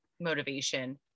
motivation